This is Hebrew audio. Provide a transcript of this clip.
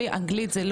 יש אופציה דרך המעסיק.